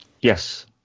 Yes